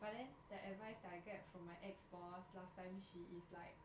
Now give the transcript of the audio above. but then the advice that I get from my ex-boss last time she is like